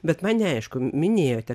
bet man neaišku minėjote